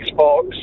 Xbox